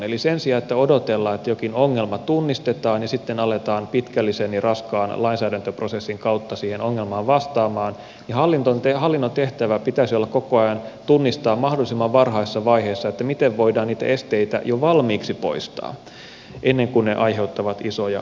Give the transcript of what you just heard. eli sen sijaan että odotellaan että jokin ongelma tunnistetaan ja sitten aletaan pitkällisen ja raskaan lainsäädäntöprosessin kautta siihen ongelmaan vastaamaan hallinnon tehtävän pitäisi olla koko ajan tunnistaa mahdollisimman varhaisessa vaiheessa miten voidaan niitä esteitä jo valmiiksi poistaa ennen kuin ne aiheuttavat isoja ongelmia